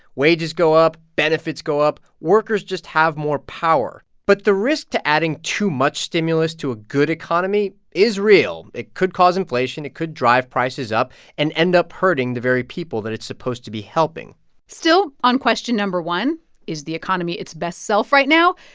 wages go up. benefits go up. workers just have more power. but the risk to adding too much stimulus to a good economy is real. it could cause inflation, it could drive prices up and end up hurting the very people that it's supposed to be helping still on question no. one is the economy its best self right now?